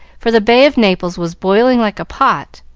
for the bay of naples was boiling like a pot,